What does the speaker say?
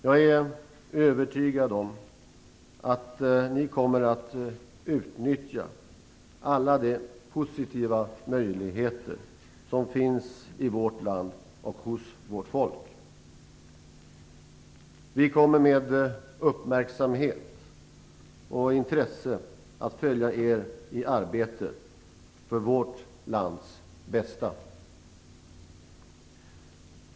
Jag är övertygad om att ni kommer att utnyttja alla de positiva möjligheter som finns i vårt land och hos vårt folk. Vi kommer med uppmärksamhet och intresse att följa er i arbetet för vårt lands bästa.